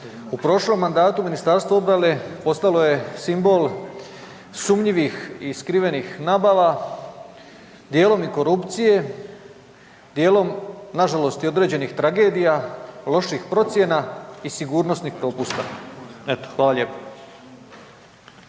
u prošlom mandatu Ministarstvo obrane postalo je simbol sumnjivih i skrivenih nabava, dijelom i korupcije, dijelom nažalost i određenih tragedija, loših procjena i sigurnosnih propusta. Eto, hvala lijepo.